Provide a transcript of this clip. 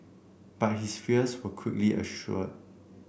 but his fears were quickly assuaged